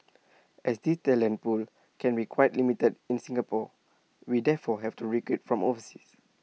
as this talent pool can be quite limited in Singapore we therefore have to recruit from overseas